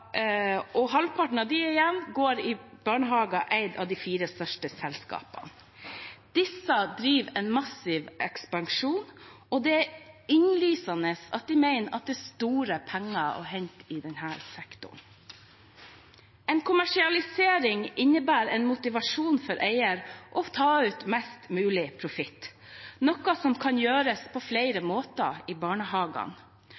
ca. halvparten av barna som går i private barnehager, i barnehager eid av de fire største selskapene. Disse driver en massiv ekspansjon, og det er innlysende at de mener det er store penger å hente i denne sektoren. En kommersialisering innebærer en motivasjon for eier til å ta ut mest mulig profitt, noe som kan gjøres på